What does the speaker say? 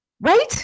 right